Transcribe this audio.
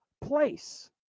place